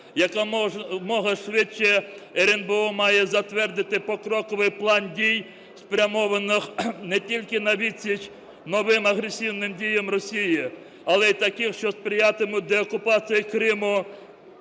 Якомога швидше РНБО має затвердити покроковий план дій, спрямованих не тільки на відсіч новим агресивним діям Росії, але і таких, що сприятимуть деокупації Криму